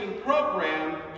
program